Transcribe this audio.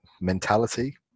mentality